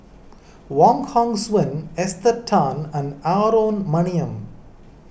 Wong Hong Suen Esther Tan and Aaron Maniam